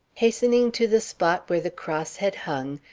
hastening to the spot where the cross had hung,